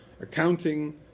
accounting